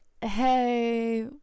hey